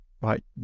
right